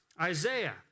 Isaiah